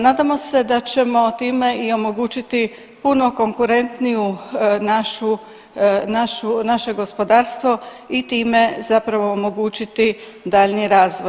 Nadamo se da ćemo time i omogućiti puno konkurentniju našu, našu, naše gospodarstvo i time zapravo omogućiti daljnji razvoj.